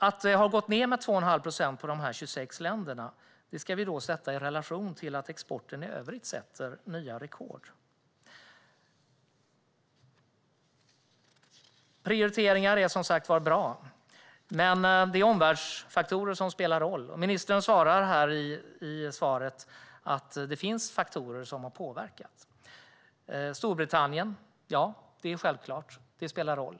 Att det har gått ned med 2,5 procent när det gäller dessa 26 länder ska vi sätta i relation till att exporten i övrigt sätter nya rekord. Prioriteringar är som sagt var bra. Men det är omvärldsfaktorer som spelar roll. Ministern säger i sitt svar att det finns faktorer som har påverkat utfallet. Hon nämner Storbritannien. Ja, det är självklart att det spelar roll.